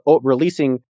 releasing